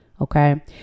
Okay